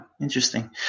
Interesting